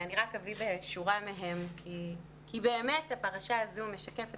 אני רק אביא באמת שורה מהם כי באמת הפרשה הזו משקפת